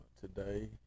today